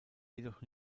jedoch